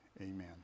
Amen